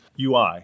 UI